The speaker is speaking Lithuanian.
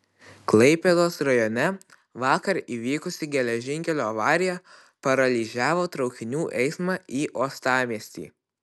klaipėdos rajone vakar įvykusi geležinkelio avarija paralyžiavo traukinių eismą į uostamiestį